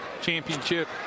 championship